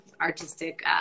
artistic